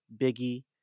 Biggie